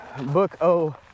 book-o